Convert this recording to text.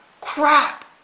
crap